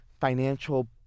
financial